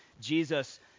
Jesus